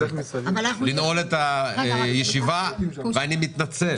אם לא נאשר אותו עד ה-25 בדצמבר הוא יפקע.